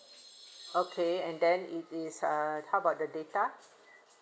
okay and then it is uh how about the data